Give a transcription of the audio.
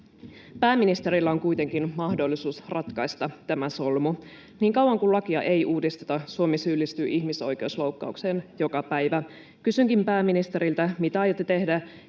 Pääministerillä on kuitenkin mahdollisuus ratkaista tämä solmu. Niin kauan kuin lakia ei uudisteta, Suomi syyllistyy ihmisoikeusloukkaukseen joka päivä. Kysynkin pääministeriltä: mitä aiotte tehdä,